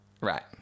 Right